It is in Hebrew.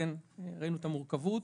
וראינו את המורכבות,